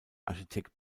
architekt